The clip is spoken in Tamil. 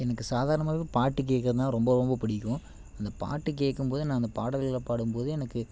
எனக்கு சாதாரணமாவே பாட்டு கேட்குறன்னா ரொம்ப ரொம்ப பிடிக்கும் அந்த பாட்டு கேட்கும் போது நான் அந்த பாடல்கள பாடும் போது எனக்கு